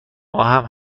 ماهم